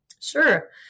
Sure